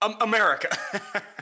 America